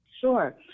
Sure